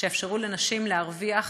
שיאפשרו לנשים להרוויח